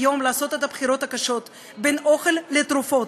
יום לעשות את הבחירות הקשות בין אוכל לתרופות,